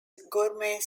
gourmet